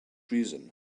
reason